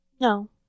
No